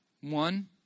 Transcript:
One